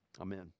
Amen